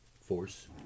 force